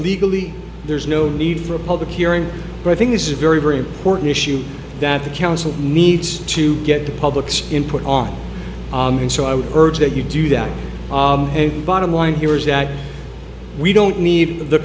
legally there's no need for a public hearing but i think this is a very very important issue that the council needs to get the public's input on and so i would urge that you do that and bottom line here is that we don't need the